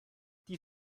die